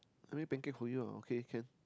I make pancake for you ah okay can